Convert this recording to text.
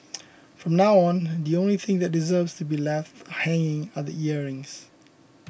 from now on the only thing that deserves to be left hanging are the earrings